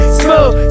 smooth